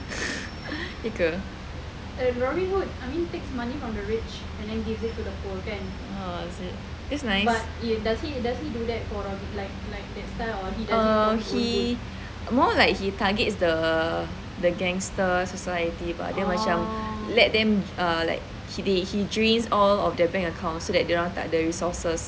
ya ke oh is it that's nice oh he more like he targets the the gangsters society but dia macam he let them uh like he drains all of their bank accounts so that dorang tak ada resources